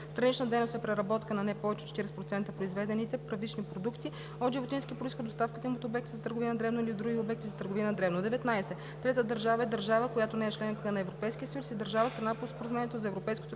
„Странична дейност“ е преработката на не повече от 40% от произведените първични продукти от животински произход и доставката им от обекта за търговия на дребно до други обекти за търговия на дребно. 19. „Трета държава“ е държава, която не е членка на Европейския съюз или държава – страна по Споразумението за Европейското